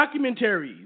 documentaries